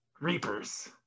Reapers